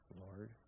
Lord